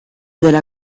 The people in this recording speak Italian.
della